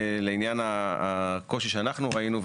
לעניין הקושי שאנחנו ראינו,